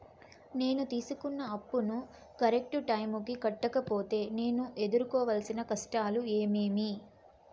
నేను తీసుకున్న అప్పును కరెక్టు టైముకి కట్టకపోతే నేను ఎదురుకోవాల్సిన కష్టాలు ఏమీమి?